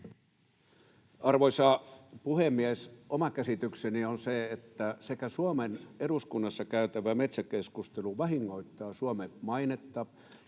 Arvoisa puhemies! Oma käsitykseni on se, että Suomen eduskunnassa käytävä metsäkeskustelu vahingoittaa Suomen mainetta